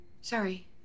Sorry